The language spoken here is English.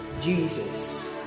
Jesus